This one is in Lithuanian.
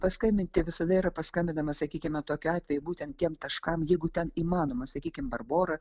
paskambinti visada yra paskambinama sakykime tokiu atveju būtent tiem taškams jeigu ten įmanomas sakykim barbora